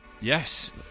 Yes